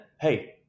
hey